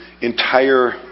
entire